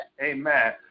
Amen